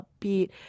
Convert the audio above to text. upbeat